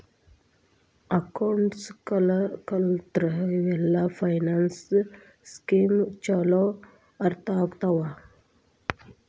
accounts ಕಲತ್ರ ಇವೆಲ್ಲ finance scheme ಚೊಲೋ ಅರ್ಥ ಆಗ್ತವಾ